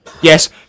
Yes